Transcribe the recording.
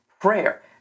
prayer